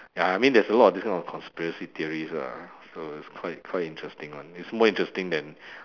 ya I mean there's a lot of these kind of conspiracy theories lah so it's quite quite interesting one it's more interesting than